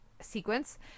sequence